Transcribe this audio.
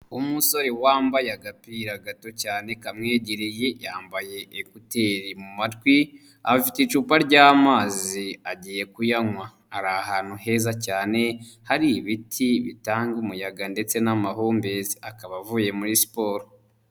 Umusore wambaye agapira gato cyane kamwegereye yambaye ekuteri mu matwi afite icupa ry'amazi agiye kuyanywa ari ahantu heza cyane hari ibiti bitanga umuyaga ndetse n'amahumbezi akaba avuye muri siporo.